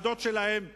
העמדות שלהם מדוברות,